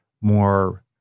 more